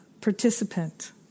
Participant